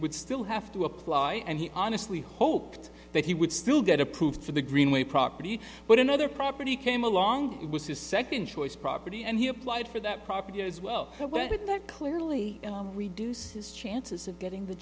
would still have to apply and he honestly hoped that he would still get approved for the greenway property but another property came along with his second choice property and he applied for that property as well that clearly reduce his chances of getting the